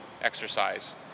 exercise